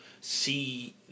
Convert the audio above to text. see